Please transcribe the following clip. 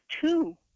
two